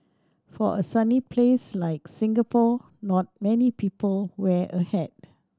for a sunny place like Singapore not many people wear a hat